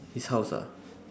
his house ah